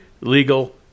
legal